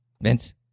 Vince